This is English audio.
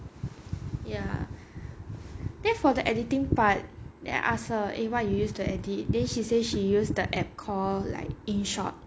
ya then for the editing part I ask her what you use to edit then she say she used the app call like inshot